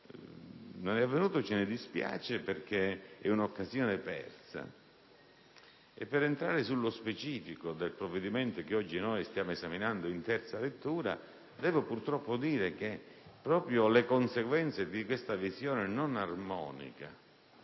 non è avvenuto: ce ne dispiace perché è un'occasione persa. Per entrare nello specifico del provvedimento oggi al nostro esame in terza lettura, devo purtroppo sottolineare che proprio le conseguenze di questa visione non armonica